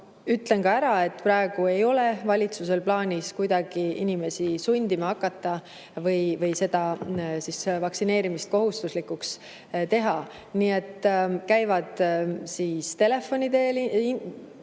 Ütlen ka ära, et praegu ei ole valitsusel plaanis kuidagi inimesi sundima hakata ega vaktsineerimist kohustuslikuks teha. Käivad telefoni teel